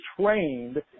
trained